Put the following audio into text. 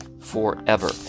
forever